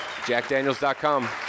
JackDaniels.com